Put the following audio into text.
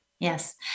Yes